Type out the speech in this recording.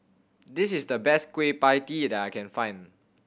this is the best Kueh Pie Tee that I can find